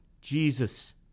Jesus